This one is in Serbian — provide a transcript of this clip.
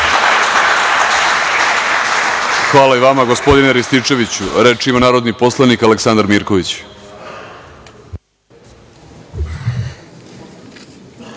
Hvala i vama, gospodine Rističeviću. Reč ima narodni poslanik Aleksandar Mirković. Izvolite.